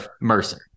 Mercer